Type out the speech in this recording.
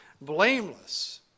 blameless